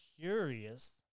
curious